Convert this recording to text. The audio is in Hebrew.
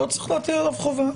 לא צריך להטיל עליו חובה.